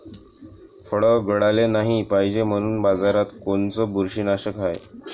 फळं गळाले नाही पायजे म्हनून बाजारात कोनचं बुरशीनाशक हाय?